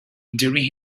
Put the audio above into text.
during